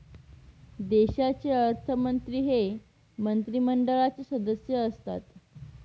देशाचे अर्थमंत्री हे मंत्रिमंडळाचे सदस्य असतात